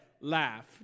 laugh